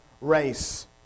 race